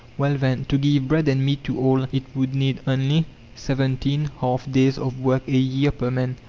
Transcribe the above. well, then, to give bread and meat to all, it would need only seventeen half-days of work a year per man.